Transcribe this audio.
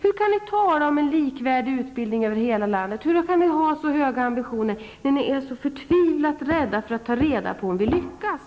Hur kan ni tala om likvärdig utbildning över hela landet, hur kan ni ha så höga ambitioner, när ni är så förtvivlat rädda för att ta reda på om det lyckas?